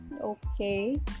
okay